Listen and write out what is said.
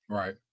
right